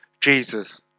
Jesus